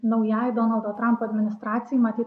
naujai donaldo trampo administracijai matyt